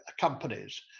companies